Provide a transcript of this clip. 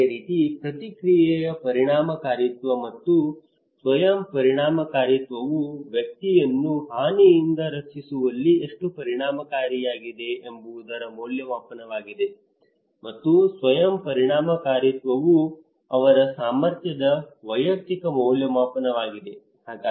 ಅದೇ ರೀತಿ ಪ್ರತಿಕ್ರಿಯೆಯ ಪರಿಣಾಮಕಾರಿತ್ವ ಮತ್ತು ಸ್ವಯಂ ಪರಿಣಾಮಕಾರಿತ್ವವು ವ್ಯಕ್ತಿಯನ್ನು ಹಾನಿಯಿಂದ ರಕ್ಷಿಸುವಲ್ಲಿ ಎಷ್ಟು ಪರಿಣಾಮಕಾರಿಯಾಗಿದೆ ಎಂಬುದರ ಮೌಲ್ಯಮಾಪನವಾಗಿದೆ ಮತ್ತು ಸ್ವಯಂ ಪರಿಣಾಮಕಾರಿತ್ವವು ಅವರ ಸಾಮರ್ಥ್ಯದ ವೈಯಕ್ತಿಕ ಮೌಲ್ಯಮಾಪನವಾಗಿದೆ